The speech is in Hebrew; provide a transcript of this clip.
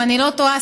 אם אני לא טועה,